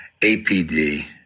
APD